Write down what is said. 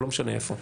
לא משנה איפה.